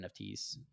nfts